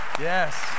Yes